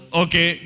okay